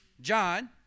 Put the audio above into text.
John